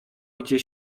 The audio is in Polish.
gdzie